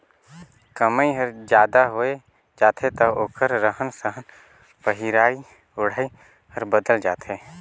कमई हर जादा होय जाथे त ओखर रहन सहन पहिराई ओढ़ाई हर बदलत जाथे